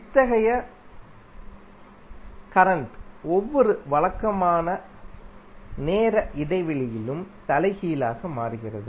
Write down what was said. இத்தகைய கரண்ட் ஒவ்வொரு வழக்கமான நேர இடைவெளியிலும் தலைகீழாக மாறுகிறது